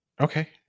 okay